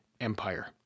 Empire